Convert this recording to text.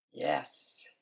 Yes